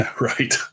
Right